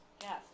Yes